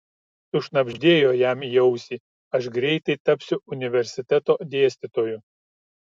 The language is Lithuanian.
sušnabždėjo jam į ausį aš greitai tapsiu universiteto dėstytoju